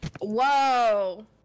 whoa